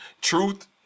Truth